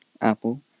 Apple